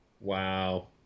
Wow